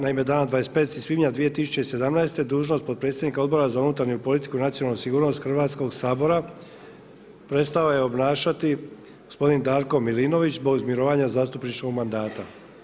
Naime dana 25. svibnja 2017. dužnost potpredsjednika Odbora za unutarnju politiku i nacionalnu sigurnost Hrvatskoga sabora prestao je obnašati gospodin Darko Milinović zbog mirovanja zastupničkog mandata.